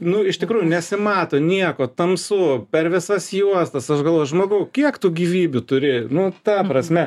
nu iš tikrųjų nesimato nieko tamsu per visas juostas aš galvojau žmogau kiek tų gyvybių turi nu ta prasme